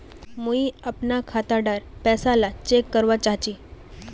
मुई अपना खाता डार पैसा ला चेक करवा चाहची?